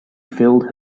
filled